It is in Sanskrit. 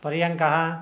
पर्यङ्कः